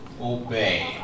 obey